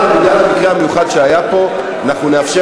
אבל בגלל המקרה המיוחד שהיה פה אנחנו נאפשר